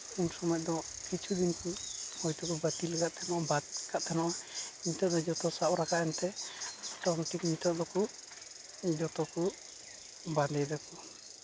ᱩᱱ ᱥᱚᱢᱚᱭ ᱫᱚ ᱠᱤᱪᱷᱩ ᱫᱤᱱ ᱠᱚ ᱦᱚᱭ ᱛᱚᱠᱚ ᱵᱟᱹᱛᱤᱞ ᱟᱠᱟᱫ ᱛᱟᱦᱮᱱᱟ ᱵᱟᱫ ᱠᱟᱜ ᱛᱟᱦᱮᱱᱟ ᱱᱤᱛᱚᱜ ᱫᱚ ᱡᱚᱛᱚ ᱥᱟᱵ ᱨᱟᱠᱟᱵ ᱮᱱᱛᱮ ᱢᱳᱴᱟᱢᱩᱴᱤ ᱱᱤᱛᱚᱜ ᱫᱚᱠᱚ ᱡᱚᱛᱚᱠᱚ ᱵᱟᱸᱫᱮᱭ ᱮᱫᱟᱠᱚ